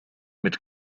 mit